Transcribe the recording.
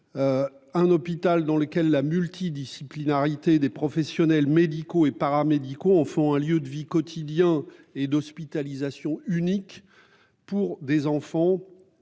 Un hôpital dans lequel la multidisciplinarité des professionnels médicaux et paramédicaux en font un lieu de vie quotidien et d'hospitalisations unique pour des enfants.